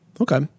Okay